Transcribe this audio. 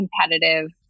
competitive